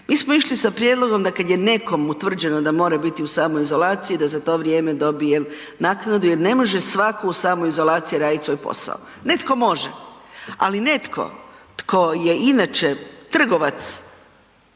Mi smo išli sa prijedlogom da kad je nekom utvrđeno da mora biti u samoizolaciji da za to vrijeme dobije naknadu jer ne može svako u samoizolaciji radit svoj posao. Netko može, ali netko tko je inače trgovac